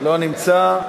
לא נמצא.